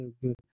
good